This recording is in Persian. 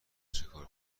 چیکار